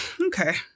Okay